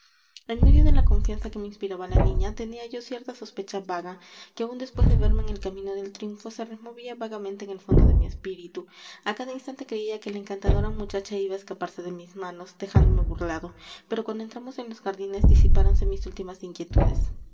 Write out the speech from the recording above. en medio de la confianza que me inspiraba la niña tenía yo cierta sospecha vaga que aun después de verme en el camino del triunfo se removía vagamente en el fondo de mi espíritu a cada instante creía que la encantadora muchacha iba a escaparse de mis manos dejándome burlado pero cuando entramos en los jardines disipáronse mis últimas inquietudes